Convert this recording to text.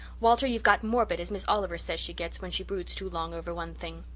walter, you've got morbid as miss oliver says she gets when she broods too long over one thing.